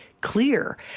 clear